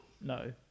No